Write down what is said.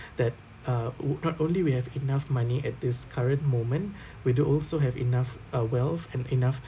that uh wou~ not only we have enough money at this current moment we do also have enough uh wealth and enough